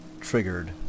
triggered